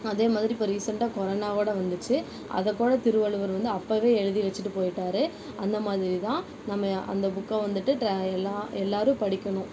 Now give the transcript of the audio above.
அதே மாதிரி இப்போ ரீசெண்ட்டாக கொரோனாவோட வந்துச்சு அதை கூட திருவள்ளுவர் வந்து அப்போவே எழுதி வச்சிட்டு போயிட்டார் அந்த மாதிரி தான் நம்ம அந்த புக்கை வந்துட்டு த எல்லா எல்லாரும் படிக்கணும்